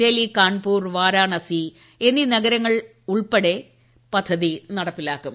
ഡൽഹി കാൺപൂർ വാരണാസി എന്നീ നഗരങ്ങളിൽ ഉൾപ്പെടെ പദ്ധതി നടപ്പാക്കും